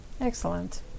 Excellent